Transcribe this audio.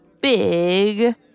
big